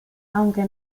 aunque